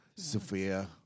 Sophia